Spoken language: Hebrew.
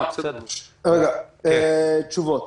תשובות.